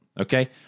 Okay